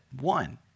one